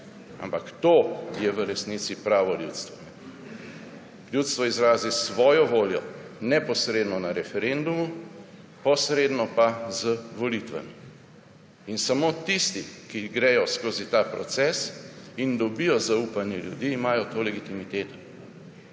ampak to je v resnici pravo ljudstvo. Ljudstvo izrazi svojo voljo neposredno na referendumu, posredno pa z volitvami. Samo tisti, ki gredo skozi ta proces in dobijo zaupanje ljudi, imajo to legitimiteto.